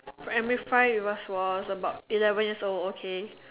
primary five was was about eleven years old okay